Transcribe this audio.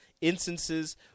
instances